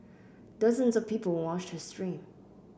dozens of people watched her stream